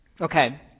Okay